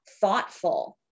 thoughtful